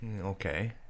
okay